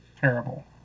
terrible